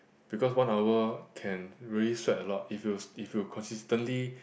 because one hour can really sweat a lot if you s~ if you consistently